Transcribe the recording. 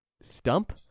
stump